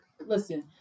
Listen